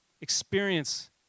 Experience